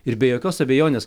ir be jokios abejonės